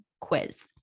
quiz